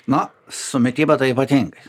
na su mityba tai ypatingai